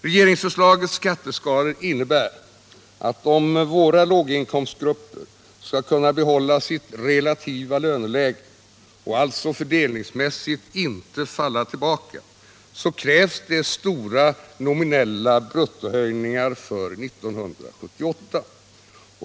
Regeringsförslagets skatteskalor innebär att om våra låginkomstgrupper skall kunna behålla sitt relativa löneläge — och alltså fördelningsmässigt inte falla tillbaka — krävs det stora nominella bruttohöjningar för 1978.